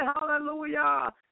Hallelujah